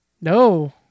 no